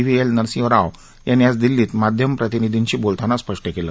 V L Narasimha Rao यांनी आज दिल्लीत माध्यम प्रतिनिंधीशी बोलताना स्पष्ट केलं